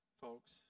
Folks